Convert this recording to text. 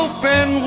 Open